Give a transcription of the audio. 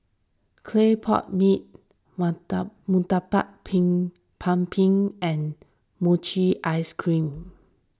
Clay Pot Mee Murtabak Pin Kambing and Mochi Ice Cream